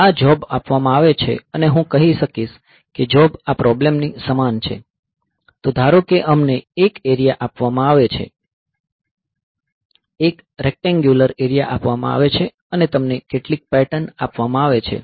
આ જોબ આપવામાં આવે છે અને હું કહી શકીશ કે જોબ આ પ્રોબ્લેમ ની સમાન છે તો ધારો કે અમને એક એરિયા આપવામાં આવે છે એક રેક્ટેન્ગ્યુંલર એરિયા આપવામાં આવે છે અને તમને કેટલીક પેટર્ન આપવામાં આવે છે